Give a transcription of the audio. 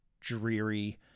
dreary